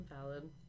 Valid